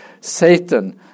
Satan